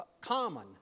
common